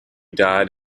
died